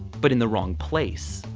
but in the wrong place.